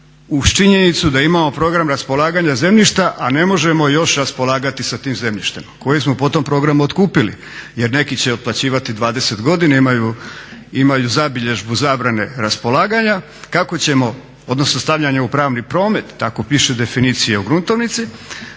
uz činjenicu da imamo program raspolaganja zemljišta, a ne možemo još raspolagati sa tim zemljištem koje smo po tom programu otkupili. Jer neki će otplaćivati 20 godina, imaju zabilježbu zabrane raspolaganja, kako ćemo odnosno stavljanje u pravni promet tako piše definicija u gruntovnici